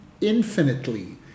infinitely